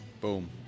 Boom